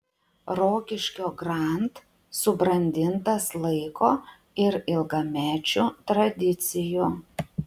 rokiškio grand subrandintas laiko ir ilgamečių tradicijų